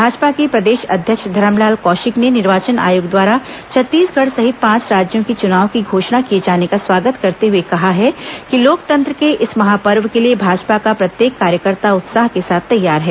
भाजपा के प्रदेश अध्यक्ष धरमलाल कौशिक ने निर्वाचन आयोग द्वारा छत्तीसगढ़ सहित पांच राज्यों के चुनाव की घोषणा किए जाने का स्वागत करते हुए कहा है कि लोकतंत्र के इस महापर्व के लिए भाजपा का प्रत्येक कार्यकर्ता उत्साह के साथ तैयार है